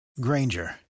Granger